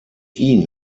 ihn